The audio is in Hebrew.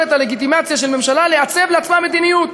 את הלגיטימציה של ממשלה לעצב לעצמה מדיניות,